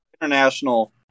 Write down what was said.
international